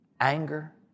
anger